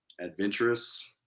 adventurous